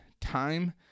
time